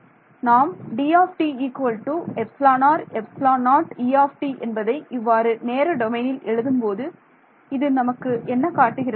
ஆகையால் நாம் D εrε0E என்பதை இவ்வாறு நேர டொமைனில் எழுதும்போது இது நமக்கு என்ன காட்டுகிறது